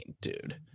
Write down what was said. dude